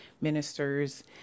ministers